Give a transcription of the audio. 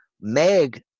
Meg